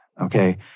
okay